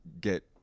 get